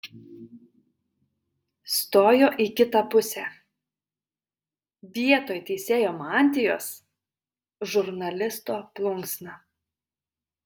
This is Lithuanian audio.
stojo į kitą pusę vietoj teisėjo mantijos žurnalisto plunksna